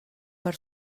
per